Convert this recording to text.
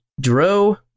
Dro